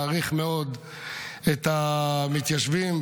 מעריך מאוד את המתיישבים,